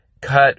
cut